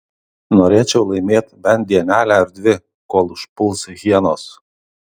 norėčiau laimėt bent dienelę ar dvi kol užpuls hienos